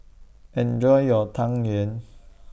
Enjoy your Tang Yuen